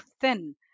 thin